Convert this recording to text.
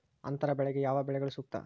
ಅಂತರ ಬೆಳೆಗೆ ಯಾವ ಬೆಳೆಗಳು ಸೂಕ್ತ?